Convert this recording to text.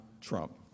Trump